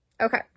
Okay